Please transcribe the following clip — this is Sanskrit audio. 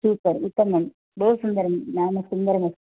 सूचर् उत्तमं बहु सुन्दरं नाम सुन्दरमस्ति